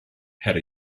had